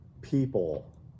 people